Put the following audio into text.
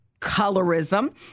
colorism